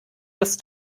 das